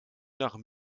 nach